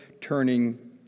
turning